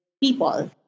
people